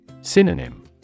Synonym